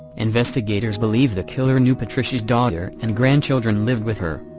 investigators believe the killer knew patricia's daughter and grandchildren lived with her.